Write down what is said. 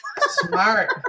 smart